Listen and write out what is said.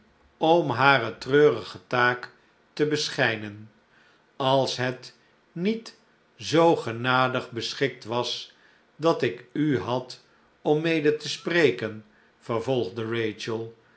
om hare treurige taak te beschijnen als het niet zoo genadig beschikt was dat ik u had om mede te spreken